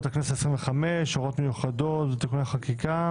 לכנסת העשרים וחמש (הוראות מיוחדות ותיקוני חקיקה),